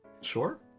Sure